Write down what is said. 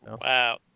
Wow